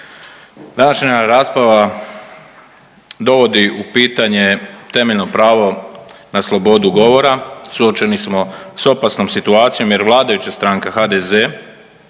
Današnja rasprava dovodi u pitanje temeljno pravo na slobodu govora. Suočeni smo sa opasnom situacijom, jer vladajuća stranka HDZ